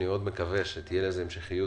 אני מאוד מקווה שתהיה לזה המשכיות